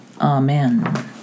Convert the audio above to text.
Amen